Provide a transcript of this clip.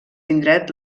indret